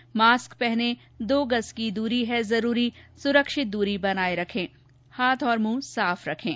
mask पहनें दो गज़ की दूरी है जरूरी सुरक्षित दूरी बनाए रखें हाथ और मुंह साफ रखें